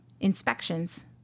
inspections